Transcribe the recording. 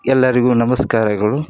ಎಲ್ಲರಿಗೂ ನಮಸ್ಕಾರಗಳು